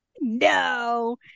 No